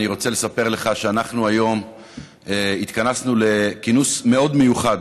אני רוצה לספר לך שאנחנו היום התכנסנו לכינוס מאוד מיוחד